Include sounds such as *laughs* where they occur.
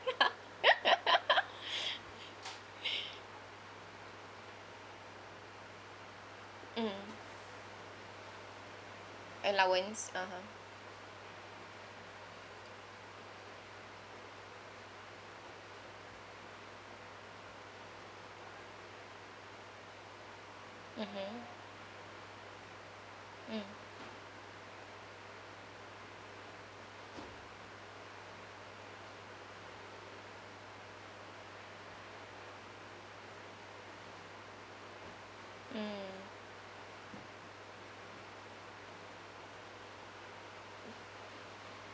*laughs* mm allowance (uh huh) mmhmm mm mm